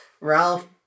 Ralph